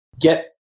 get